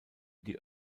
die